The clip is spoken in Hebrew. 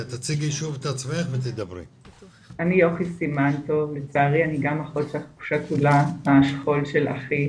אני לצערי גם אחות שכולה מהשכול של אחי.